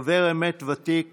חבר אמת ותיק